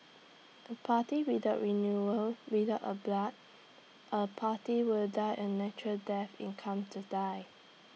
A party without renewal without A blood A party will die A natural death in come to die